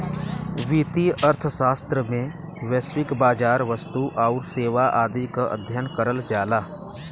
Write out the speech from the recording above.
वित्तीय अर्थशास्त्र में वैश्विक बाजार, वस्तु आउर सेवा आदि क अध्ययन करल जाला